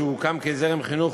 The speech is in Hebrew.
שהוקם כזרם חינוך